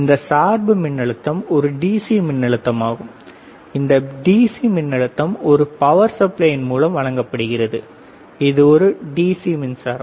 இந்த சார்பு மின்னழுத்தம் ஒரு டிசி மின்னழுத்தமாகும் இந்த டிசி மின்னழுத்தம் ஒரு பவர் சப்ளையின் மூலம் வழங்கப்படுகிறது இது ஒரு டிசி மின்சாரம்